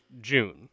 June